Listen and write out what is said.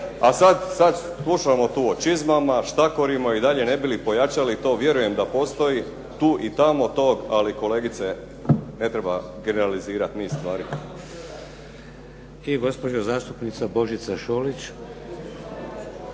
A sad slušamo tu o čizmama, štakorima i dalje ne bi li pojačali. To vjerujem da postoji tu i tamo tog, ali kolegice ne treba generalizirati niz stvari. **Šeks, Vladimir (HDZ)** I gospođa zastupnica Božica Šolić.